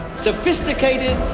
sophisticated